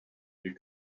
you